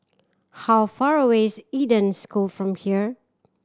how far away is Eden School from here